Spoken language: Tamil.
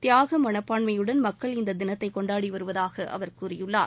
தியாக மணப்பான்மையுடன் மக்கள் இந்த தினத்தை கொண்டாடிவருவதாக அவர் கூறியுள்ளார்